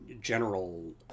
general